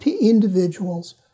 individuals